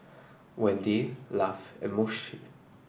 Wendy Lafe and Moshe